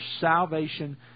salvation